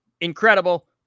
Incredible